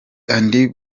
andy